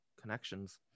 connections